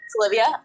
Olivia